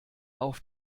auf